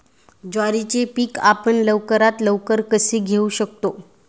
बाजरीचे पीक आपण लवकरात लवकर कसे घेऊ शकतो?